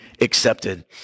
accepted